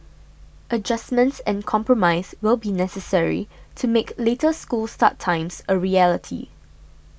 adjustments and compromise will be necessary to make later school start times a reality